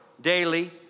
daily